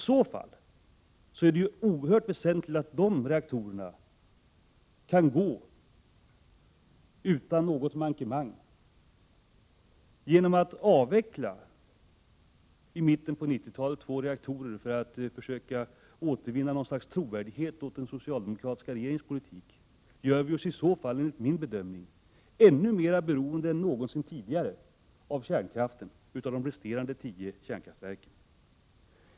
Det blir då oerhört väsentligt att de tio kvarvarande reaktorerna går utan något mankemang. Skulle vi i mitten av 1990-talet avveckla två reaktorer för att därigenom försöka återvinna någon slags trovärdighet åt socialdemokratin gör vi oss, enligt min bedömning, ännu mer beroende än någonsin tidigare av de resterande kärnkraftverken.